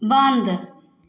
बन्द